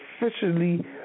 officially